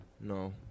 No